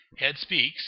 HeadSpeaks